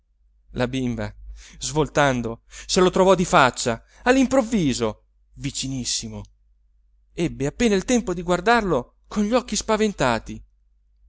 la bimba svoltando se lo trovò di faccia all'improvviso vicinissimo ebbe appena il tempo di guardarlo con gli occhi spaventati